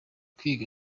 kwiga